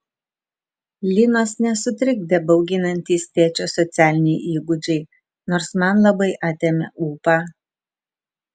linos nesutrikdė bauginantys tėčio socialiniai įgūdžiai nors man labai atėmė ūpą